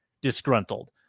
disgruntled